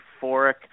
euphoric